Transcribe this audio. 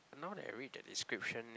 now that I read the description eh